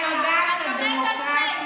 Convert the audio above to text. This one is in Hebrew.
אתה מת על פייק.